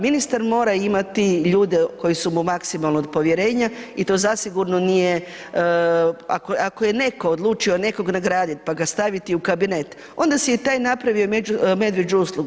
Ministar mora imati ljude koji su mu maksimalno od povjerenja i to zasigurno nije, ako je netko odlučio nekoga nagraditi, pa ga staviti u kabinet, onda si je taj napravio medvjeđu uslugu.